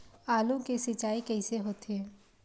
आलू के सिंचाई कइसे होथे?